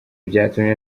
byatumye